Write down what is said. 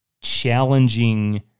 challenging